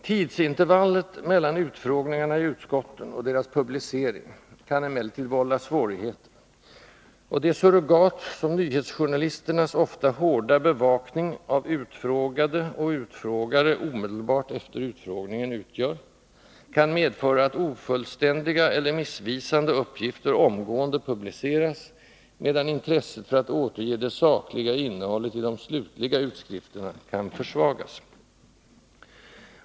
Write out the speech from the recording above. Tidsintervallet mellan utfrågningarna i utskotten och deras publicering kan emellertid vålla svårigheter, och det surrogat, som nyhetsjournalisternas ofta hårda bevakning av utfrågade och utfrågare omedelbart efter utfrågningen utgör, kan medföra att ofullständiga eller missvisande uppgifter omgående publiceras, medan intresset för att återge det sakliga innehållet i de slutliga utskrifterna kan försvagas.